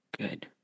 Good